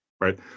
right